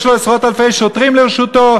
יש לו עשרות אלפי שוטרים לרשותו.